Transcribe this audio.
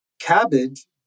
cabbage